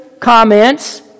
comments